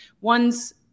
one's